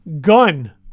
gun